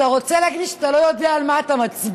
אתה רוצה להגיד לי שאתה לא יודע על מה אתה מצביע?